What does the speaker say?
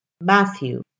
Matthew